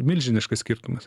milžiniškas skirtumas